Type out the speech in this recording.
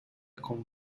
con